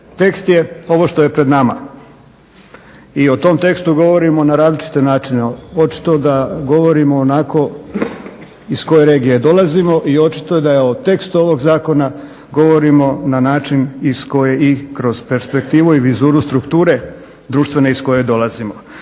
Tekst je ovo što je pred nama i o tom tekstu govorimo na različite načine. Očito da govorimo onako iz koje regije dolazimo i očito je da o tekstu ovog zakona govorimo na način iz koje i kroz perspektivu i vizuru strukture društvene iz koje dolazimo.